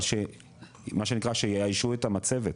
אבל שיאיישו את המצבת,